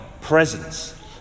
presence